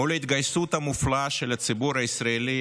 מול ההתגייסות המופלאה של הציבור הישראלי